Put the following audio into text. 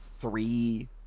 three